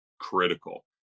critical